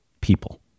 people